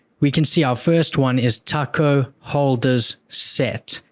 we can see our first one is taco holders set.